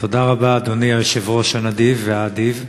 תודה רבה, אדוני היושב-ראש הנדיב והאדיב,